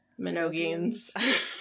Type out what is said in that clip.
Minogians